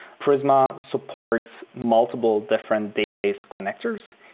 prisma supports multiple different database connectors.